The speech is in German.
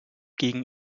gegen